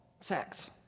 sex